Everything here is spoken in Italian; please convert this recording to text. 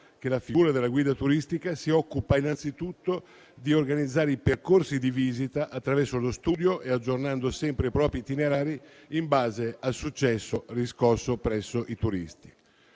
che la figura della guida turistica si occupa innanzitutto di organizzare i percorsi di visita attraverso lo studio e aggiornando sempre i propri itinerari in base al successo riscosso presso i turisti.